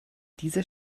dieser